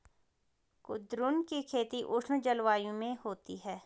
कुद्रुन की खेती उष्ण जलवायु में होती है